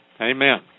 amen